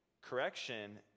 correction